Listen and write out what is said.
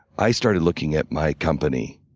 i started looking at my company